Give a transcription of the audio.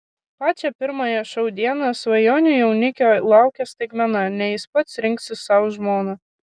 pačią pirmąją šou dieną svajonių jaunikio laukia staigmena ne jis pats rinksis sau žmoną